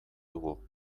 dugu